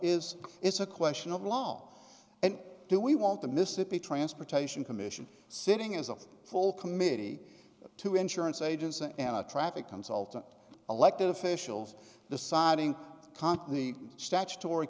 is it's a question of law and do we want the mississippi transportation commission sitting is a full committee to insurance agents and a traffic consultant elected officials deciding continuity statutory